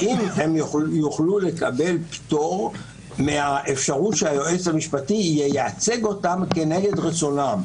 האם הם יוכלו לקבל פטור מהאפשרות שהיועץ המשפטי ייצג אותם כנגד רצונם.